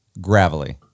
gravelly